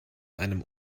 einem